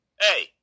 Hey